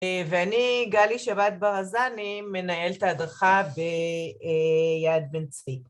ואני גלי שבת ברזני מנהלת ההדרכה ביד בן צבי.